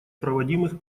проводимых